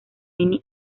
mini